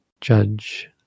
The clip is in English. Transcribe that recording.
judge